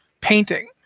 painting